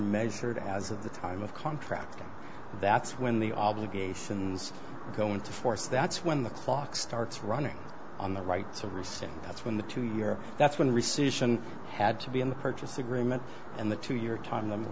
measured as of the time of contract and that's when the obligations go into force that's when the clock starts running on the rights of recession that's when the two year that's when rescission had to be in the purchase agreement and the two year time